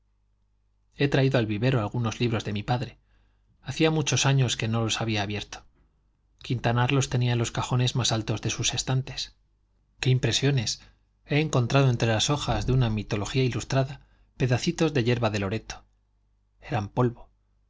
he traído al vivero algunos libros de mi padre hacía muchos años que no los había abierto quintanar los tenía en los cajones más altos de sus estantes qué impresiones he encontrado entre las hojas de una mitología ilustrada pedacitos de yerba de loreto eran polvo